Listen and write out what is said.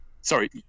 sorry